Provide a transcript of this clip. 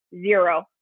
zero